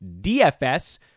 DFS